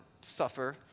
suffer